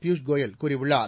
பியூஷ் கோயல் கூறியுள்ளார்